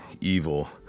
evil